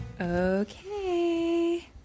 Okay